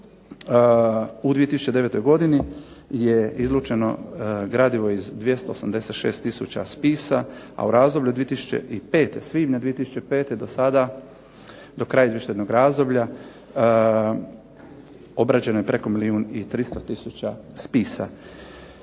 U 2009. godini je izlučeno gradivo iz 286000 spisa, a u razdoblju od 2005., svibnja 2005. do sada do kraja izvještajnog razdoblja obrađeno je preko milijun i 300000 spisa.